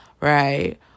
right